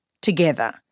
together